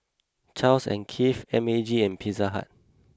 Charles and Keith M A G and Pizza Hut